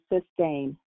Sustain